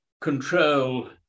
control